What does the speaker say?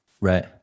Right